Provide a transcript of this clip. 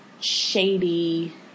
shady